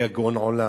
היה גאון עולם,